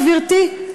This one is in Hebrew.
גברתי,